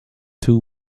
two